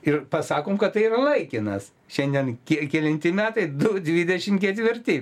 ir pasakom kad tai yra laikinas šiandien kiek kelinti metai du dvidešim ketvirti